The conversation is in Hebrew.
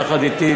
יחד אתי,